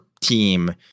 team